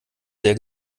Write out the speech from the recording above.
sehr